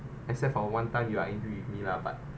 except for one time you're angry with me lah but